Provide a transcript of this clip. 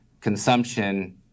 consumption